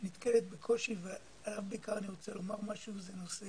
נתקלת בקושי ובעיקר אני רוצה לומר משהו בנושא